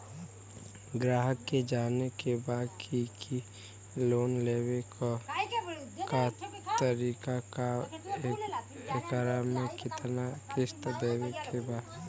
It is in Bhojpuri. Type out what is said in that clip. ग्राहक के जाने के बा की की लोन लेवे क का तरीका बा एकरा में कितना किस्त देवे के बा?